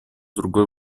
другой